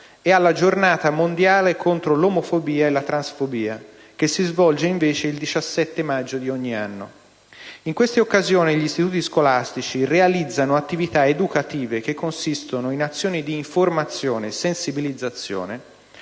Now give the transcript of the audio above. e alla «Giornata mondiale contro l'omofobia e la transfobia», che si svolge il 17 maggio di ogni anno. In queste occasioni gli istituti scolastici realizzano attività educative che consistono in azioni di informazione e sensibilizzazione